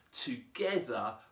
together